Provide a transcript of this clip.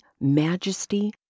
majesty